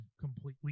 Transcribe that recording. completely